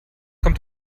kommt